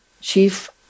chief